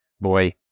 boy